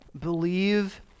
believe